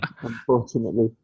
Unfortunately